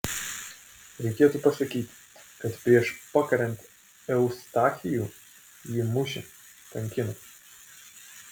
reikėtų pasakyti kad prieš pakariant eustachijų jį mušė kankino